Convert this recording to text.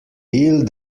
will